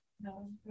No